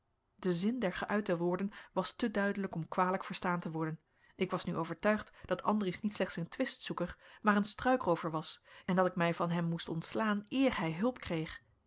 de zin der geuite woorden was te duidelijk om kwalijk verstaan te worden ik was nu overtuigd dat andries niet slechts een twistzoeker maar een struikroover was en dat ik mij van hem moest ontslaan eer hij hulp kreeg